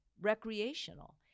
recreational